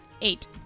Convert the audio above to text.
Eight